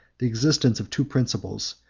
the existence of two principles,